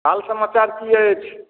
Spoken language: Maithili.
हाल समाचार की अछि